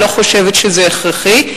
אני לא חושבת שזה הכרחי.